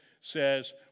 says